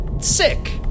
sick